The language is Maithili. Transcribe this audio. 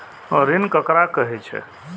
ऋण ककरा कहे छै?